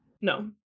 no